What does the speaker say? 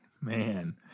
Man